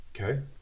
Okay